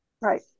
Right